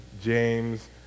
James